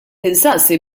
nistaqsi